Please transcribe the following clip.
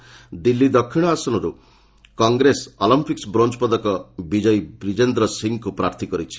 ଦକ୍ଷିଣ ଦିଲ୍ଲୀ ଆସନରୁ Congress Olympic bronze ପଦକ ବିଜୟୀ ବିଜେନ୍ଦ୍ର ସିଂଙ୍କୁ ପ୍ରାର୍ଥୀ କରିଛି